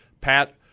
Pat